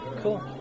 Cool